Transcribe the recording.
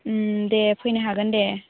दे फैनो हागोन दे